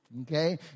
okay